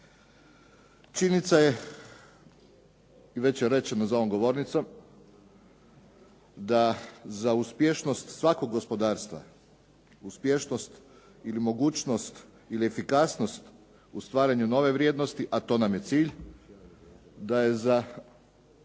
Činjenica je, već je rečeno za ovom govornicom, da za uspješnost svakog gospodarstva, uspješnost ili mogućnost ili efikasnost u stvaranju nove vrijednosti, a to nam je cilj, da su dvije